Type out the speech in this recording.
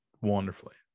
wonderfully